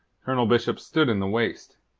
colonel bishop stood in the waist,